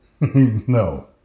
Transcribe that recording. No